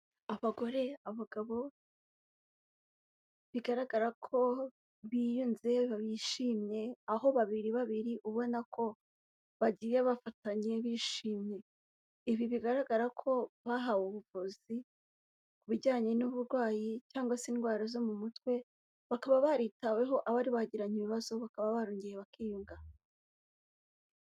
Abagore, abagabo, bigaragara ko biyunze bishimye aho babiri babiri, ubona ko bagiye bafatanye bishimye, ibi bigaragara ko bahawe ubuvuzi ku bijyanye n'uburwayi cyangwa se indwara zo mu mutwe, bakaba baritaweho, abari baragiranye ibibazo bakaba barongeye bakiyunga.